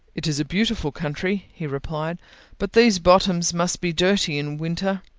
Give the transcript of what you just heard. it is a beautiful country, he replied but these bottoms must be dirty in winter.